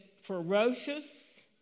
ferocious